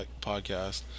podcast